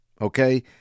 okay